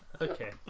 Okay